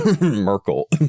Merkel